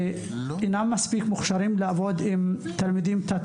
אינם מוכשרים מספיק בשביל לעבוד עם תלמידים תת